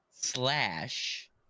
slash